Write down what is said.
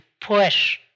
push